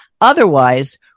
Otherwise